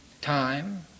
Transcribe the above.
time